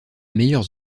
meilleures